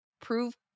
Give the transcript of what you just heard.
prove